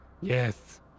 yes